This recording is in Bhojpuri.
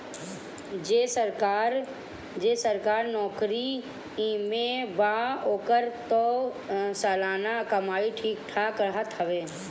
जे सरकारी नोकरी में बा ओकर तअ सलाना कमाई ठीक ठाक रहत हवे